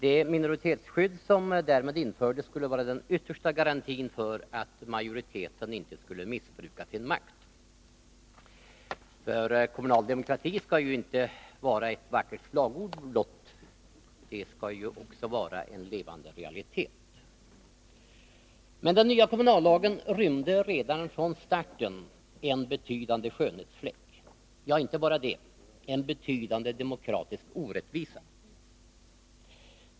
Det minoritetsskydd som därmed infördes skulle vara den yttersta garantin för att majoriteten inte skulle missbruka sin makt. Kommunal demokrati skall ju inte vara ett vackert slagord blott — den skall vara en levande realitet. Men den nya kommunallagen rymde redan vid tillkomsten en betydande skönhetsfläck — ja, inte bara det utan också en betydande demokratisk orättvisa.